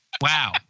wow